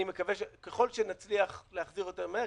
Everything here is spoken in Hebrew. אני מקווה שככל שנצליח להחזיר אותם מהר,